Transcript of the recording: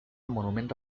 monumento